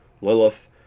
Lilith